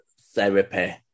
therapy